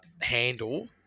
handle